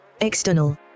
External